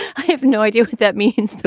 i have no idea. that means